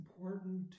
important